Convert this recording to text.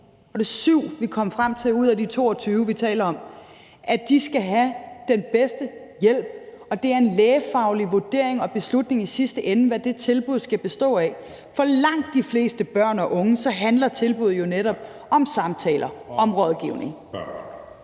var det 7, vi kom frem til, ud af de 22, vi taler om? – at de skal have den bedste hjælp. Og det er en lægefaglig vurdering og beslutning i sidste ende, hvad det tilbud skal bestå af. For langt de fleste børn og unge handler tilbuddet jo netop om samtaler, om rådgivning.